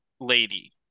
lady